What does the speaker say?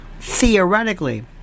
theoretically